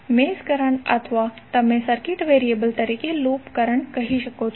mesh current અથવા તમે circuit variable તરીકે લૂપ કરંટ કહી શકો છો